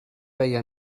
veia